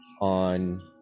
on